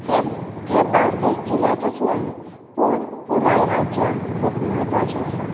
हे हे बार्देस जिल्ल्यातूच न्हय पूण पुराय राज्याक खूब म्हत्वाचे आसा